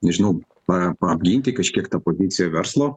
nežinau na apginti kažkiek tą poziciją verslo